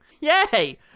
yay